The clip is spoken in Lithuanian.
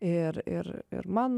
ir ir ir man